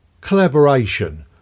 collaboration